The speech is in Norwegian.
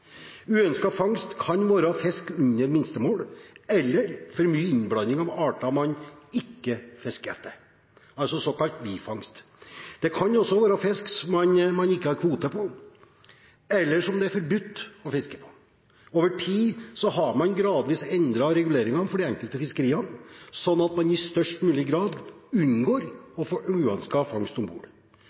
Uønsket fangst kan være fisk under minstemål eller for mye innblanding av arter man ikke fisker etter, altså såkalt bifangst. Det kan også være fisk man ikke har kvote på, eller som det er forbudt å fiske. Over tid har man gradvis endret reguleringene for de enkelte fiskeriene, slik at man i størst mulig grad unngår å få uønsket fangst om bord.